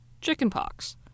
chickenpox